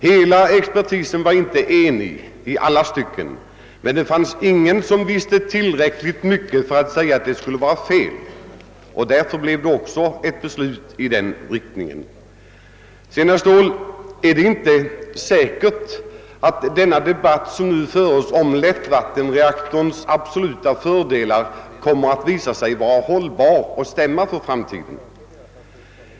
"Hela expertisen var visserligen inte enig i alla stycken, men det fanns ingen som ansåg sig veta tillräckligt mycket för att kunna påstå att det skulle vara felaktigt, och därför fattades det också beslut i den riktning som skedde. Vidare är det inte säkert, herr Ståhl, att den debatt som nu förs om lättvattenreaktorns absoluta fördelar kommer att visa sig vara hållbar och stämma för framtiden.